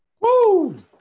Woo